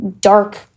dark